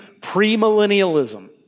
premillennialism